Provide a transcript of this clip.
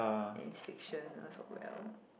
and it's fiction as well